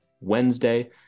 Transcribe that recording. Wednesday